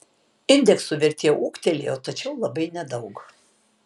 indeksų vertė ūgtelėjo tačiau labai nedaug